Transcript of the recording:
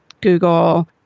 Google